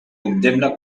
condemna